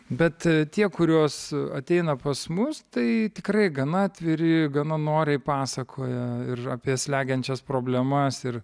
bet tie kuriuos ateina pas mus tai tikrai gana atviri gana noriai pasakoja ir apie slegiančias problemas ir